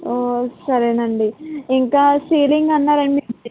ఓ సరేనండి ఇంకా సీలింగ్ అన్నారండి